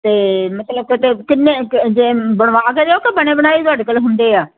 ਅਤੇ ਮਤਲਬ ਤਾਂ ਕਿੰਨੇ ਕਿ ਜੇ ਬਣਵਾ ਕੇ ਦਿਓ ਕਿ ਬਣੇ ਬਣਾਏ ਤੁਹਾਡੇ ਕੋਲ ਹੁੰਦੇ ਆ